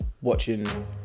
watching